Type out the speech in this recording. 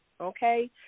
okay